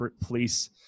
police